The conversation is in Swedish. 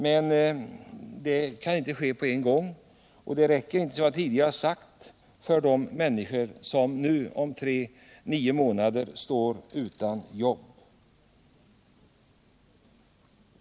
Men det kan i och för sig inte ske på en gång och det räcker, som jag tidigare sagt, inte för de människor som om nio månader står utan jobb.